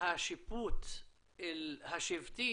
שהשיפוט השבטי